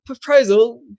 proposal